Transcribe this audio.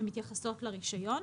שמתייחסות לרישיון,